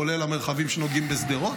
כולל המרחבים שנוגעים בשדרות,